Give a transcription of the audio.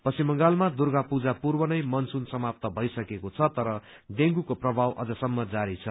पश्चिम बंगालमा दुर्गा पूजा पूर्व नै मनसून समाप्त भइसकेको छ तर डेंगूको प्रभाव अम्रसम्म जारी छ